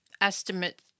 Estimate